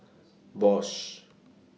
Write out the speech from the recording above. Bosch